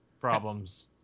problems